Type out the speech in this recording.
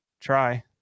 try